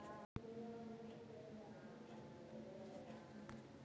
Credit card क recharge करै खातिर विधि बताहु हो?